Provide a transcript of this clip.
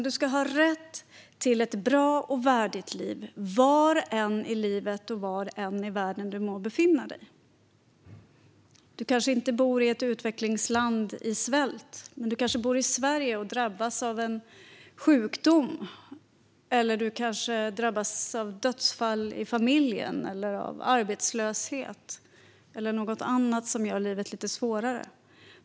Du ska ha rätt till ett bra och värdigt liv var än i livet och var än i världen du må befinna dig. Du kanske inte bor i ett utvecklingsland i svält. Du kanske bor i Sverige och drabbas av en sjukdom. Du kanske drabbas av dödsfall i familjen eller av arbetslöshet eller av något annat som gör livet lite svårare.